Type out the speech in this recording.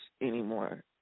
anymore